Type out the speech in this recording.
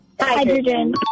Hydrogen